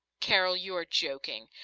carol, you are joking.